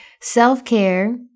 self-care